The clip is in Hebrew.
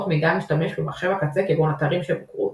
מידע משתמש ממחשב הקצה כגון אתרים שבוקרו וסיסמאות,